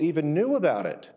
even knew about it